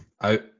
Out